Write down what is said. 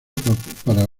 para